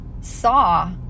saw